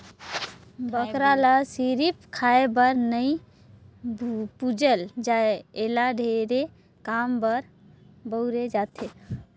बोकरा ल सिरिफ खाए बर नइ पूजल जाए एला ढेरे काम बर बउरे जाथे